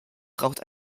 braucht